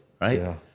right